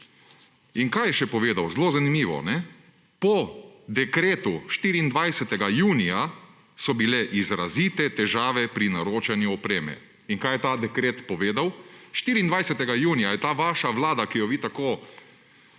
In kaj je še povedal? Zelo zanimivo! Po dekretu 24. junija so bile izrazite težave pri naročanju opreme. In kaj je ta dekret povedal? 24. junija je ta vaša vlada, ki jo vi tako